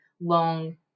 long